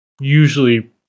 usually